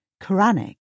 Quranic